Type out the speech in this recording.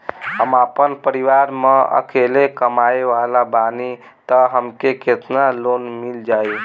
हम आपन परिवार म अकेले कमाए वाला बानीं त हमके केतना लोन मिल जाई?